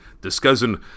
Discussing